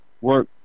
work